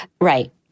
Right